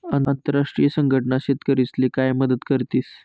आंतरराष्ट्रीय संघटना शेतकरीस्ले काय मदत करतीस?